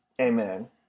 Amen